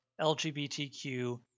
LGBTQ